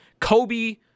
Kobe